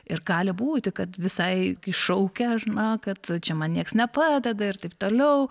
ir gali būti kad visai šaukia ar ne kad čia man nieks nepadeda ir taip toliau